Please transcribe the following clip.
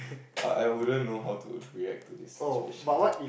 I I wouldn't know how to react to this situation